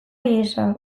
ihesa